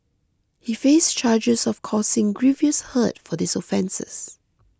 he faced charges of causing grievous hurt for these offences